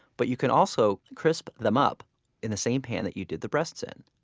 but you can also crisp them up in the same pan that you did the breasts in.